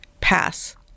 pass